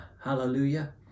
Hallelujah